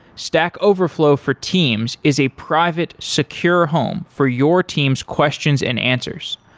stack overflow for teams is a private secure home for your teams' questions and answers.